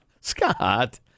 Scott